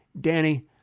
Danny